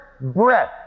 breath